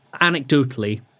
anecdotally